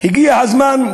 הגיע הזמן,